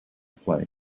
play